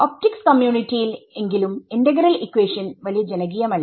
optics community യിൽ എങ്കിലും integral equation വലിയ ജനകീയമല്ല